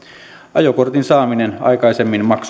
ajokortin saaminen maksoi aikaisemmin neljäkymmentäkaksi